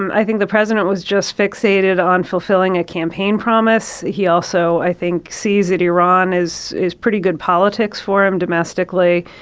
i think the president was just fixated on fulfilling a campaign promise. he also, i think, sees that iran is is pretty good politics for him domestically,